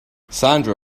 sandra